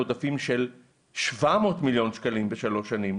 עודפים של 700 מיליון שקלים בשלוש שנים.